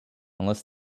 unless